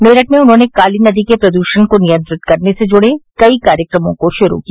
मेरठ में उन्होंने काली नदी के प्रदूषण को नियंत्रित करने से जुड़े कई कार्यक्रमों को शुरू किया